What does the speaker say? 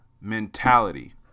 mentality